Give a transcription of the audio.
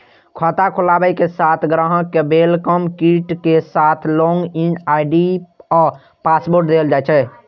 खाता खोलाबे के बाद ग्राहक कें वेलकम किट के साथ लॉग इन आई.डी आ पासवर्ड देल जाइ छै